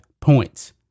points